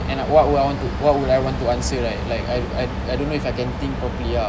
and what would I want to what would I want to answer right like I I I don't know if I can think properly ah